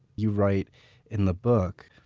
you write in the book,